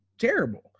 terrible